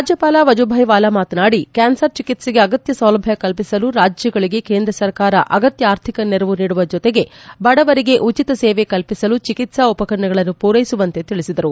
ರಾಜ್ಯಪಾಲ ವಜೂಭಾಯಿವಾಲಾ ಮಾತನಾಡಿ ಕ್ಯಾನ್ಸರ್ ಚಿಕಿತ್ಸೆಗೆ ಅಗತ್ಯ ಸೌಲಭ್ಯ ಕಲ್ಪಿಸಲು ರಾಜ್ಯಗಳಿಗೆ ಕೇಂದ್ರ ಸರ್ಕಾರ ಅಗತ್ಯ ಆರ್ಥಿಕ ನೆರವು ನೀಡುವ ಜೊತೆಗೆ ಬಡವರಿಗೆ ಉಚಿತ ಸೇವೆ ಕಲ್ಪಿಸಲು ಚಿಕಿತ್ತಾ ಉಪಕರಣಗಳನ್ನು ಪೂರೈಸುವಂತೆ ತಿಳಿಸಿದರು